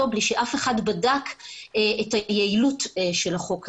בלי שאף אחד בדק את היעילות של החוק הזה.